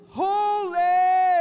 holy